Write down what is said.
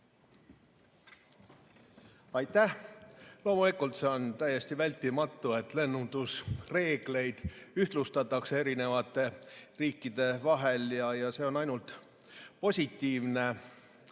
Aitäh! Loomulikult on see täiesti vältimatu, et lennundusreegleid ühtlustatakse eri riikide vahel, ja see on ainult positiivne.